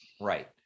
Right